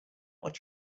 what